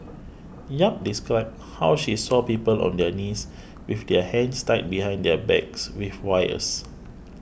Yap described how she saw people on their knees with their hands tied behind their backs with wires